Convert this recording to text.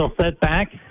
setback